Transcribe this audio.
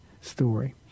story